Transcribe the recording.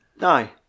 Aye